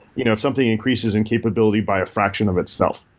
you know if something increases in capability by a faction of itself.